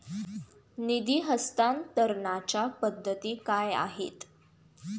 निधी हस्तांतरणाच्या पद्धती काय आहेत?